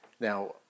Now